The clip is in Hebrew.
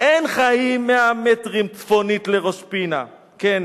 אין חיים מאה מטרים צפונית לראש-פינה/ כן,